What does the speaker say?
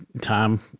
Tom